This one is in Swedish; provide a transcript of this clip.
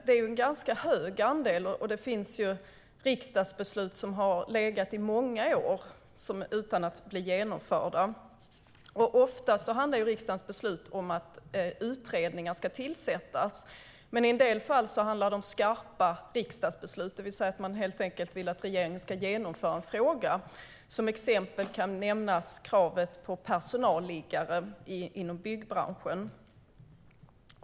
Det är en ganska stor andel, och det finns riksdagsbeslut som har legat i många år utan att bli genomförda. Ofta handlar riksdagens beslut om att utredningar ska tillsättas. Men i en del fall handlar det om skarpa riksdagsbeslut, det vill säga att man helt enkelt vill att regeringen ska genomföra någonting. Som exempel kan jag nämna kravet på personalliggare inom byggbranschen.